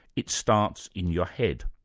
it starts in your head